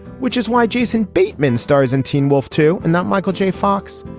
which is why jason bateman stars and teen wolf two and not michael j fox.